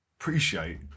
appreciate